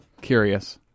curious